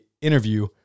interview